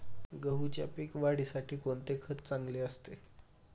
गहूच्या पीक वाढीसाठी कोणते खत चांगले असते?